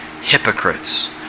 hypocrites